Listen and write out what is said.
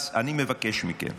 אז אני מבקש מכם,